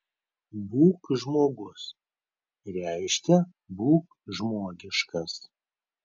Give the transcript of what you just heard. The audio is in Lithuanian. būk žmogus reiškia būk žmogiškas